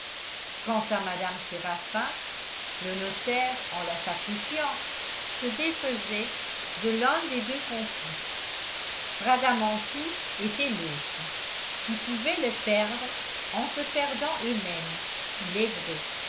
quant à mme séraphin le notaire en la sacrifiant se défaisait de l'un des deux complices bradamanti était l'autre qui pouvaient le perdre en se perdant eux-mêmes il est vrai